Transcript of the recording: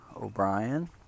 O'Brien